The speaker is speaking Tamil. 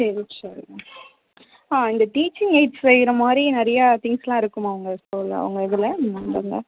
சரி சரி மேம் ஆ இந்த டீச்சிங் எய்ட்ஸ் செய்யற மாதிரி நிறையா திங்ஸ் எல்லாம் இருக்குமா உங்கள் ஸ்டோரில் உங்கள் இதில்